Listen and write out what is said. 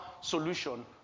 solution